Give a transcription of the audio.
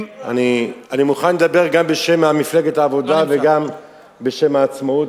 אני מוכן לדבר גם בשם מפלגת העבודה וגם בשם העצמאות.